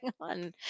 on